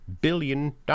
billion